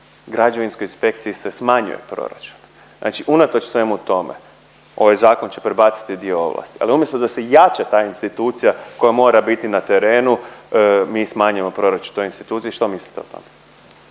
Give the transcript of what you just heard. građevinskoj inspekciji se smanjuje proračun. Znači unatoč svemu tome ovaj zakon će prebaciti dio ovlasti ali umjesto da se jača ta institucija koja mora biti na terenu, mi smanjujemo proračun toj instituciji, što mislite o tome.